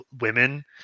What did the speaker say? women